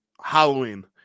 halloween